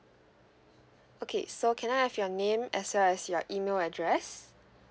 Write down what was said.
okay so can I have your name as well as your email address